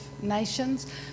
nations